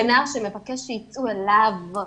זה נער שמבקש שייצאו אליו,